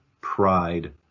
pride